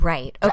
Right